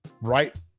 right